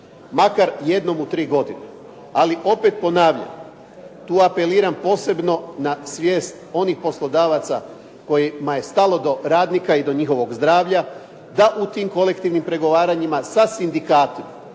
makar jednom u 3 godine. Ali opet ponavljam, tu apeliram posebno na svijest onih poslodavaca kojima je stalo do radnika i do njihovog zdravlja da u tim kolektivnim pregovaranjima sa sindikatima